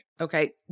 Okay